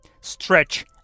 stretch